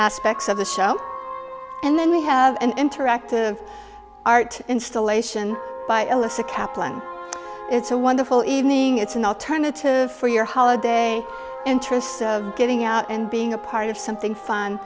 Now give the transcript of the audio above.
aspects of the show and then we have an interactive art installation by elyssa kaplan it's a wonderful evening it's an alternative for your holiday interests of getting out and being a part of something fun